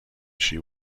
she